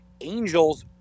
Angels